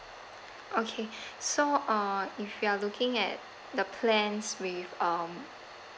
okay so uh if you are looking at the plans with um